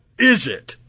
is it?